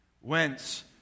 whence